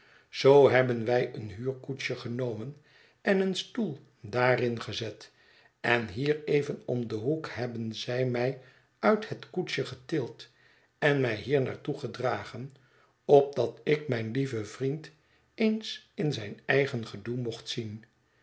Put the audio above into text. zoo hebben wij een huurkoetsje genomen en een stoel daarin gezet en hier even om den hoek hebben zij mij uit het koetsje getild en mij hier naar toe gedragen opdat ik mijn lieven vriend eens in zijn eigen gedoe mocht zien